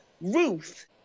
Ruth